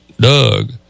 Doug